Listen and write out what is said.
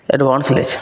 advance लै छै